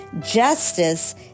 justice